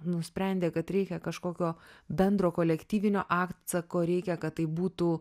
nusprendė kad reikia kažkokio bendro kolektyvinio atsako reikia kad tai būtų